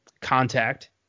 Contact